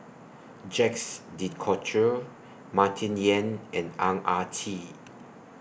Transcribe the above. Jacques De Coutre Martin Yan and Ang Ah Tee